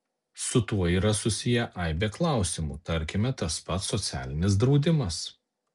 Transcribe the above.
su tuo yra susiję aibė klausimų tarkime tas pats socialinis draudimas